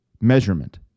measurement